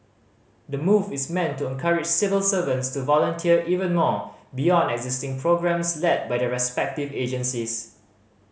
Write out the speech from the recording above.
the move is meant to encourage civil servants to volunteer even more beyond existing programmes led by their respective agencies